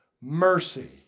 mercy